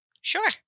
Sure